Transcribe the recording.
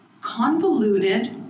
convoluted